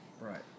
right